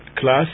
class